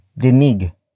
denig